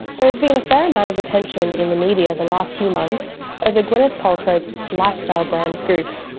there has been a fair amount of attention in the media the last few months over gwyneth paltrow's lifestyle brand goop.